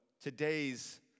today's